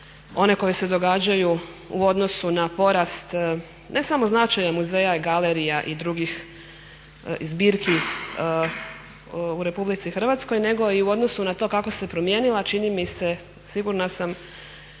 one koje se događaju u odnosu na porast ne samo značaja muzeja i galerija i drugih zbirki u Republici Hrvatskoj nego i u odnosu na to kako se promijenila, čini mi se sigurna sam